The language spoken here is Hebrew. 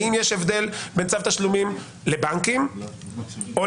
האם יש הבדל בין צו לתשלומים לבנקים ובין